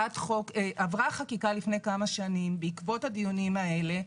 עברה חקיקה לפני כמה שנים בעקבות הדיונים האלה,